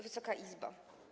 Wysoka Izbo!